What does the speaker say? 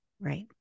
Right